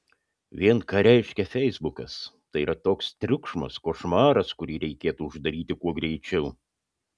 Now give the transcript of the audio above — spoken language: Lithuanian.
vien ką reiškia feisbukas tai yra toks triukšmas košmaras kurį reikėtų uždaryti kuo greičiau